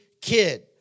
kid